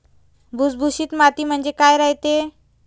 भुसभुशीत माती म्हणजे काय रायते?